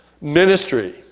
ministry